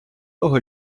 того